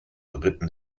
ritten